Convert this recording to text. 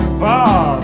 far